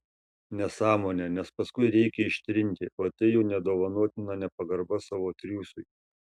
nesąmonė nes paskui reikia ištrinti o tai jau nedovanotina nepagarba savo triūsui